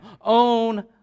Own